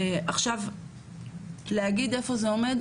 עכשיו, להגיד איפה זה עומד?